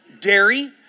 Dairy